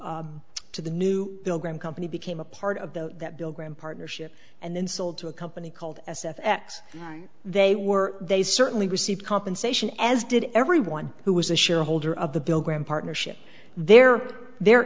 to the new bill graham company became a part of the that bill graham partnership and then sold to a company called s f x they were they certainly received compensation as did everyone who was a shareholder of the bill graham partnership there their